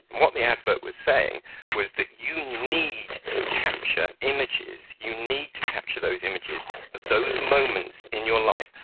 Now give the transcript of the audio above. what the advert was saying was that you need to capture images, you need to capture those images of those moments in your life,